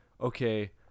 okay